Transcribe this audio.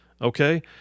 okay